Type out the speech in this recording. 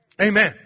Amen